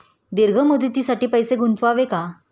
दीर्घ मुदतीसाठी पैसे गुंतवावे का?